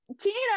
Tina